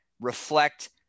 reflect